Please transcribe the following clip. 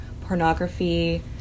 pornography